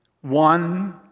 One